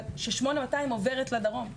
ש-8200 עוברת לדרום.